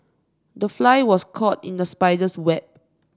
the fly was caught in the spider's web